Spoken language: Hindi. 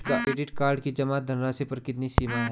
क्रेडिट कार्ड की जमा धनराशि पर कितनी सीमा है?